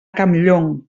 campllong